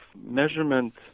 measurement